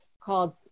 called